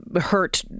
hurt